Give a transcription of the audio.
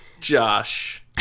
Josh